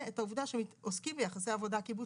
את העובדה שעוסקים ביחסי עבודה קיבוציים.